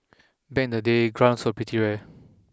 back in the day grants were pretty rare